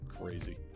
Crazy